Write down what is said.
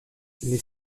les